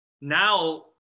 Now